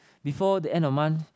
before the end of month